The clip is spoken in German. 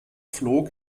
flog